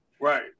Right